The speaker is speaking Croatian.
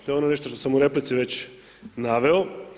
To je ono nešto što sam u replici već naveo.